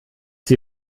sie